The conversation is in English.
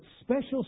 special